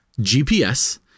GPS